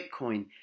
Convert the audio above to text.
Bitcoin